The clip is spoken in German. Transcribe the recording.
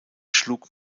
schlug